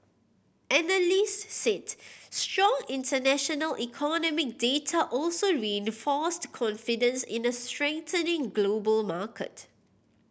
analyst said strong international economic data also reinforced confidence in a strengthening global market